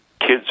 Kids